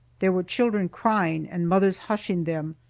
there were children crying, and mothers hushing them,